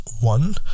one